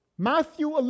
Matthew